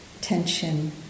tension